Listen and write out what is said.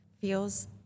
feels